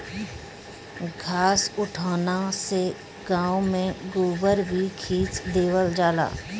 घास उठौना से गाँव में गोबर भी खींच देवल जाला